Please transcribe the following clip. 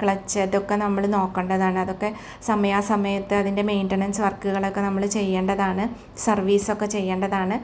clutch ഇതൊക്കെ നമ്മള് നോക്കണ്ടതാണ് അതൊക്കെ സമയാസമയത്ത് അതിൻ്റെ മെയിന്റനൻസ് വർക്കുകളൊക്കെ നമ്മള് ചെയ്യേണ്ടതാണ് സർവീസൊക്കെ ചെയ്യേണ്ടതാണ്